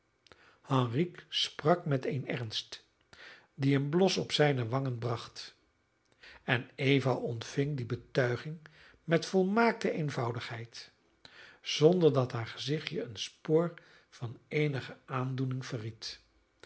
henrique sprak met een ernst die een blos op zijne wangen bracht en eva ontving die betuiging met volmaakte eenvoudigheid zonder dat haar gezichtje een spoor van eenige aandoening verried